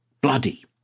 bloody